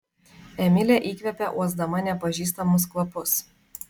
emilė įkvėpė uosdama nepažįstamus kvapus